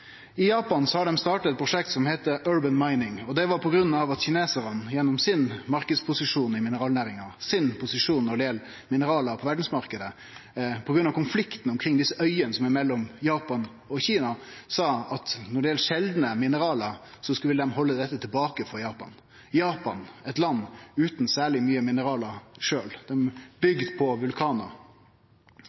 I Japan har dei starta eit prosjekt som heiter Urban Mining. Det var på grunn av kinesarane sin marknadsposisjon i mineralnæringa – posisjonen når det gjeld mineral på verdsmarknaden. På grunn av konflikten omkring desse øyene som er mellom Japan og Kina når det gjeld sjeldne mineral, ville dei halde dette tilbake frå Japan – eit land utan særleg mykje mineral sjølv, bygd på vulkanar.